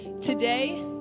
Today